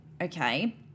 Okay